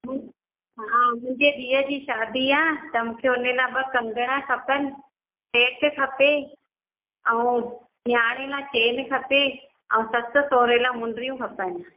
ॿु हा मुंहिंजे धीअ जी शादी आहे त मूंखे उन लाइ ॿ कंगण खपनि सैट खपे ऐं नियाणे लाइ चैन खपे ऐं ससु सहुरे लाइ मुंडियूं खपनि